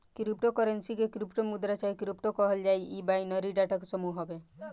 crypto currency के crypto मुद्रा चाहे क्रिप्टो कहल जाला इ बाइनरी डाटा के समूह हवे